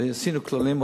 ועשינו כללים,